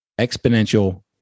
exponential